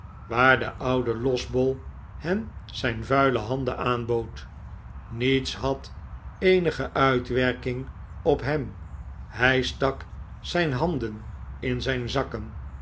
waar de oude losbol hen zijn vuile handen aanbood niets had eenige uitwerking op hem hij stak zijn handen in zijn zakken